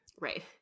Right